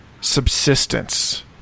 subsistence